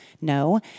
No